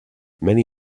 many